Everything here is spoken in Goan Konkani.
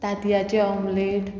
तांतयाचे ऑमलेट